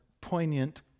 poignant